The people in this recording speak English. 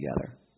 together